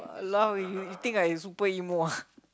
!walao! eh you think I super emo ah